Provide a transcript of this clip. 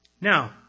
Now